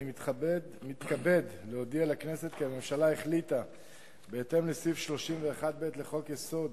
אני מתכבד להודיע לכנסת כי הממשלה החליטה בהתאם לסעיף 31(ב) לחוק-יסוד: